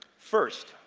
first,